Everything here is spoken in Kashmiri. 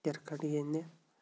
کِرکَٹ گِنٛدنہِ